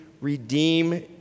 redeem